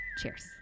Cheers